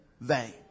vain